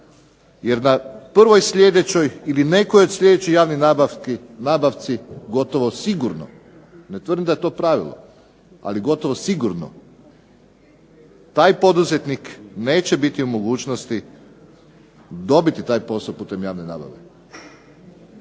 jer na prvoj sljedećoj ili nekoj od sljedećih javnih nabavki gotovo sigurno, ne tvrdim da je to pravilo, ali gotovo sigurno taj poduzetnik neće bit u mogućnosti dobiti taj posao putem javne nabave.